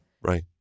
Right